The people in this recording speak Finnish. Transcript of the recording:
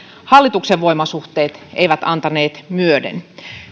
hallituksen voimasuhteet eivät antaneet myöden